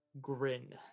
grin